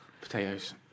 Potatoes